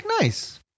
nice